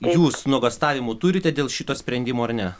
jūs nuogąstavimų turite dėl šito sprendimo ar ne